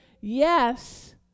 yes